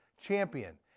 Champion